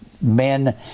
men